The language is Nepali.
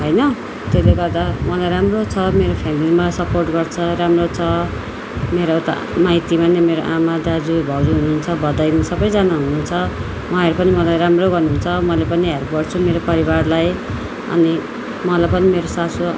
होइन त्यसले गर्दा मलाई राम्रो छ मेरो फ्यमिलीमा सपोर्ट गर्छ राम्रो छ मेरो त माइतीमा नि मेरो आमा दाजु भाउजू हुनु हुन्छ भदैनी छ सबैजना हुनु हुन्छ उहाँहरू पनि मलाई राम्रो गर्नु हुन्छ मैले पनि हेल्प गर्छु मेरो परिवारलाई अनि मलाई पनि मेरो सासू